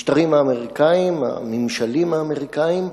הממשלים האמריקניים,